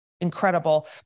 incredible